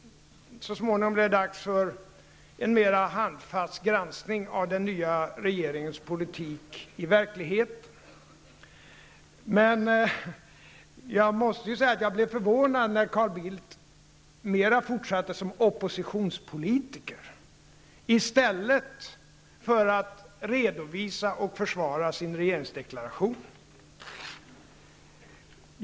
Så småningom blir det dags för en mera handfast granskning av den nya regeringens politik i verkligheten. Men jag måste säga att jag blev förvånad när Carl Bildt mera fortsatte som oppositionspolitiker i stället för att redovisa och försvara sin regeringsdeklaration.